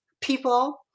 people